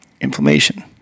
inflammation